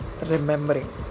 remembering